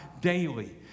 daily